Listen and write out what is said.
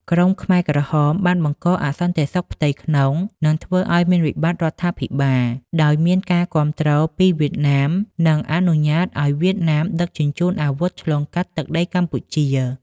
ក្រុមខ្មែរក្រហមបានបង្កអសន្តិសុខផ្ទៃក្នុង និងធ្វើឲ្យមានវិបត្តិរដ្ឋាភិបាល ដោយមានការគាំទ្រពីវៀតណាម និងអនុញ្ញាតឲ្យវៀតណាមដឹកជញ្ជូនអាវុធឆ្លងកាត់ទឹកដីកម្ពុជា។